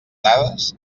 dades